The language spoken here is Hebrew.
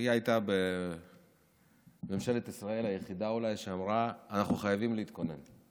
והיא הייתה אולי היחידה בממשלת ישראל שאמרה: אנחנו חייבים להתכונן.